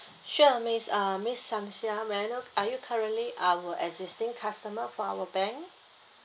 sure miss uh miss samsiah may I know are you currently our existing customer for our bank